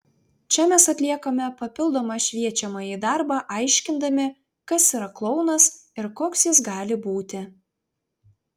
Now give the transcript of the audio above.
čia mes atliekame papildomą šviečiamąjį darbą aiškindami kas yra klounas ir koks jis gali būti